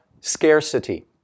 scarcity